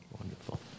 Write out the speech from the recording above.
Wonderful